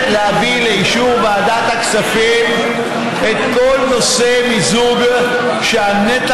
להביא לאישור ועדת הכספים את כל נושא המיזוג שהנתח